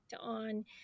on